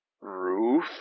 Ruth